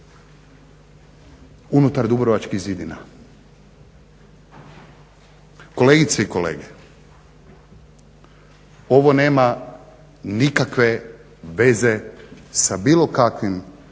unutar dubrovačkih zidina. Kolegice i kolege ovo nema nikakve veze sa bilo kakvim